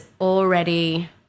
already